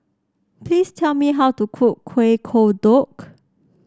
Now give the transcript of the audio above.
please tell me how to cook Kuih Kodok